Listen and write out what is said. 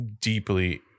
deeply